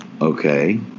Okay